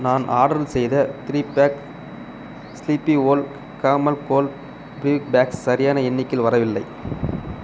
நான் ஆர்டர் செய்த three pack Sleepy Owl caramel cold brew packs சரியான எண்ணிக்கையில் வரவில்லை